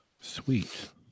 sweet